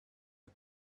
the